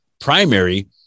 primary